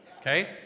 Okay